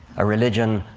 a religion,